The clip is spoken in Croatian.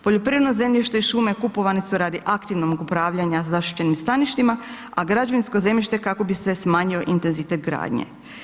Poljoprivredno zemljište i šume kupovane su radi aktivnog upravljanja zaštićenim staništima a građevinsko zemljište kako bi se smanjio intenzitet gradnje.